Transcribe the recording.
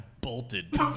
bolted